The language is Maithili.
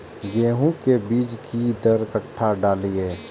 गेंहू के बीज कि दर कट्ठा डालिए?